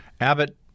Abbott